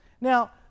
Now